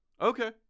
Okay